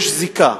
יש זיקה,